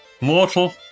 Mortal